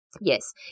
Yes